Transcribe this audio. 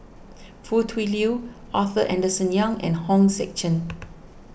Foo Tui Liew Arthur Henderson Young and Hong Sek Chern